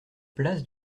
place